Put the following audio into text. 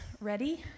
ready